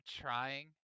trying